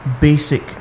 basic